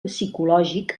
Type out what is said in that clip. psicològic